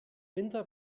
winter